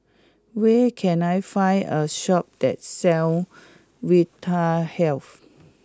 where can I find a shop that sells Vitahealth